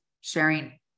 sharing